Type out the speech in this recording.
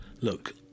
look